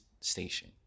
station